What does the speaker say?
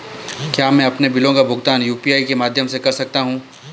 क्या मैं अपने बिलों का भुगतान यू.पी.आई के माध्यम से कर सकता हूँ?